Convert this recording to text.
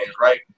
right